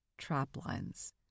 Traplines